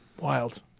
Wild